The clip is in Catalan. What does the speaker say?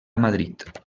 madrid